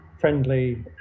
friendly